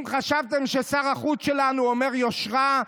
אם חשבתם ששר החוץ שלנו אומר יושרה,